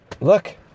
look